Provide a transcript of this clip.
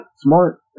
Smart